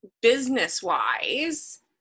business-wise